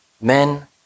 men